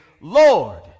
Lord